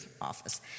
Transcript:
office